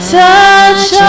touch